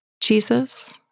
Jesus